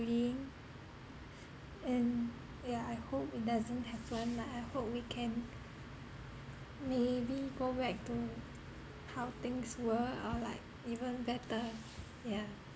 worrying and yeah I hope it doesn't happen like I hope we can maybe go back to how things were or like even better yeah